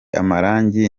amarangi